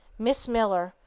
miss miller,